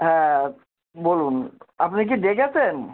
হ্যাঁ বলুন আপনি কী দেখেছেন